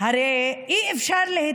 לא יכול